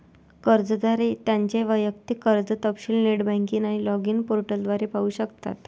कर्जदार त्यांचे वैयक्तिक कर्ज तपशील नेट बँकिंग आणि लॉगिन पोर्टल द्वारे पाहू शकतात